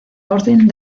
orden